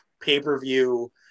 pay-per-view